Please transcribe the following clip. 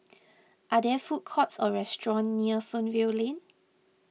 are there food courts or restaurants near Fernvale Lane